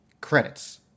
credits